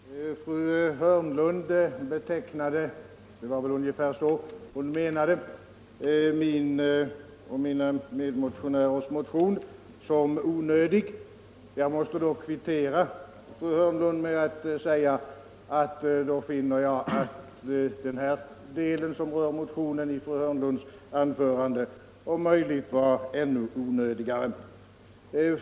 Herr talman! Fru Hörnlund betecknade — det var väl ungefär så hon menade —- min och mina medmotionärers motion som onödig. Jag måste då kvittera, fru Hörnlund, med att säga att jag i så fall finner att den del i fru Hörnlunds anförande som rör motionen om möjligt var ännu onödigare.